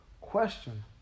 question